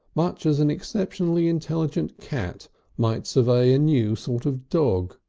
much as an exceptionally intelligent cat might survey a new sort of dog.